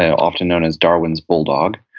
yeah often known as darwin's bulldog,